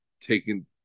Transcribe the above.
taken